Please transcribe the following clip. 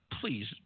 please